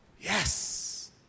Yes